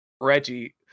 Reggie